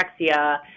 anorexia